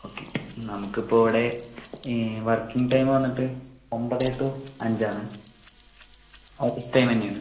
okay നമുക്ക് ഇപ്പോൾ ഇവിടെ വർക്കിംഗ് ടൈം വന്നിട്ട് ഒമ്പത് ടു അഞ്ചാണ് ഓഫീസ് ടൈം തന്നെ ആണ്